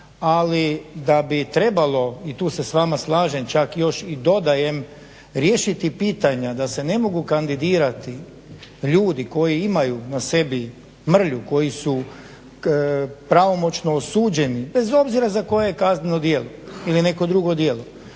ali da bi trebalo i tu se s vama slažem, čak još i dodajem riješiti pitanja da se ne mogu kandidirati ljudi koji imaju na sebi mrlju, koji su pravomoćno osuđeni bez obzira za koje kazneno djelo ili neko drugo djelo,